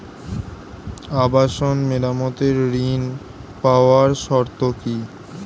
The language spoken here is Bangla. আবাসন মেরামতের ঋণ পাওয়ার শর্ত কি?